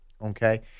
okay